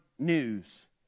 news